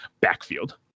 backfield